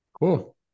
Cool